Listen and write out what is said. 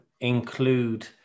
include